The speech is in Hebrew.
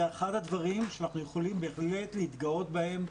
זה אחד הדברים שאנחנו יכולים בהחלט להתגאות בהם,